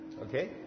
okay